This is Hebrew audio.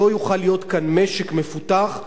לא יוכל להיות כאן משק מפותח,